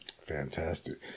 Fantastic